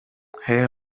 hehe